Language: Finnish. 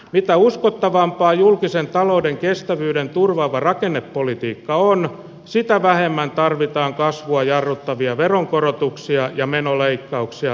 mitä uskottavampaa julkisen talouden kestävyyden turvaava rakennepolitiikka on sitä vähemmän tarvitaan kasvua jarruttavia veronkorotuksia ja menoleikkauksia lyhyellä aikavälillä